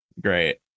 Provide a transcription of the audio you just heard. great